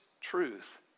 truth